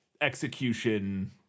execution